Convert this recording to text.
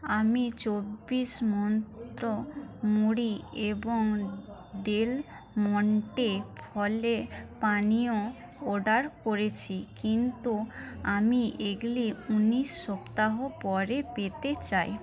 আমি চব্বিশ মন্ত্র মুড়ি এবং ডেল মন্টে ফলে পানীয় অর্ডার করেছি কিন্তু আমি এগুলি উনিশ সপ্তাহ পরে পেতে চাই